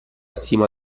stima